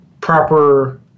proper